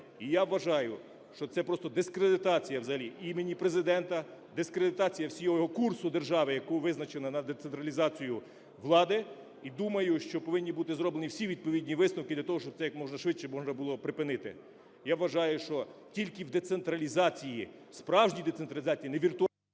і я вважаю, що це просто дискредитація взагалі імені Президента, дискредитація всього курсу держави, яку визначено на децентралізацію влади. І думаю, що повинні бути зроблені всі відповідні висновки для того, щоб це якомога швидше можна було припинити. Я вважаю, що тільки в децентралізації, справжній децентралізації, не віртуальній…